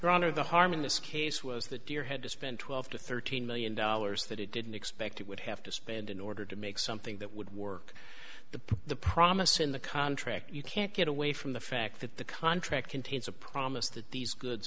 honor the harm in this case was that dear had to spend twelve to thirteen million dollars that he didn't expect it would have to spend in order to make something that would work the promise in the contract you can't get away from the fact that the contract contains a promise that these good